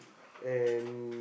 and